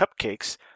cupcakes